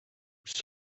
kus